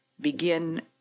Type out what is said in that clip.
Begin